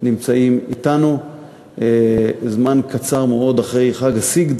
שנמצאים אתנו זמן קצר מאוד אחרי חג הסיגד